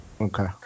Okay